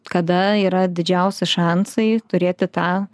kada yra didžiausi šansai turėti tą